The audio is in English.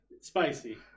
spicy